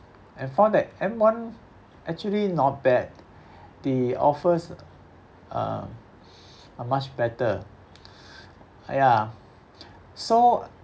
I found that M_one actually not bad the offers uh are much better uh ya so